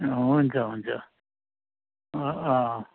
हुन्छ हुन्छ अँ अँ